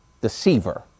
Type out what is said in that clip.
deceiver